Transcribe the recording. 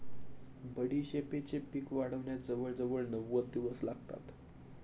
बडीशेपेचे पीक वाढण्यास जवळजवळ नव्वद दिवस लागतात